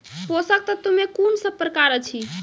पोसक तत्व मे कून सब प्रकार अछि?